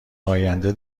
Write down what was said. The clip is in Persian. آینده